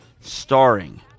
starring